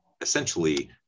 essentially